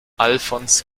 alfons